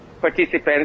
participants